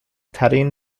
ترین